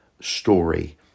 story